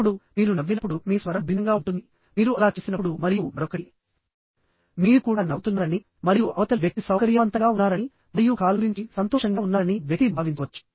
ఇప్పుడుమీరు నవ్వినప్పుడు మీ స్వరం భిన్నంగా ఉంటుంది మీరు అలా చేసినప్పుడు మరియు మరొకటి మీరు కూడా నవ్వుతున్నారని మరియు అవతలి వ్యక్తి సౌకర్యవంతంగా ఉన్నారని మరియు కాల్ గురించి సంతోషంగా ఉన్నారని వ్యక్తి భావించవచ్చు